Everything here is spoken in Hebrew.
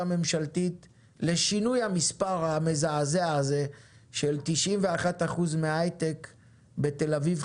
ממשלתית לשינוי המספר המזעזע הזה ש-91% מההייטק נמצא בתל אביב,